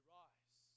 rise